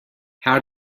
how